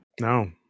No